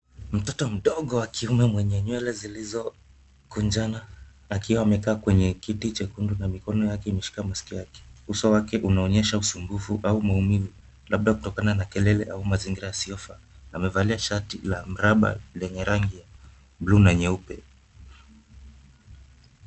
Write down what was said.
Mtoto mdogo wa kiume mwenye nywele zilizokunjana, akiwa amekaa kwenye kiti chekunde na mikono yake imeshika masikio yake. Uso wake unaonyesha usumbufu au maumivu, labda kutokana na kelele au mazingira yasiyofaa. Amevalia shati la mraba lenye rangi ya blue na nyeupe.